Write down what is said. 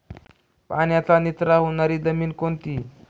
पाण्याचा निचरा होणारी जमीन कोणती?